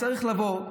אז צריך משילות,